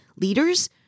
leaders